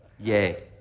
yay.